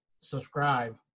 subscribe